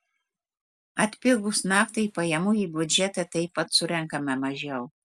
atpigus naftai pajamų į biudžetą taip pat surenkama mažiau